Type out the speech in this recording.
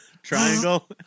Triangle